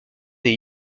des